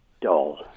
dull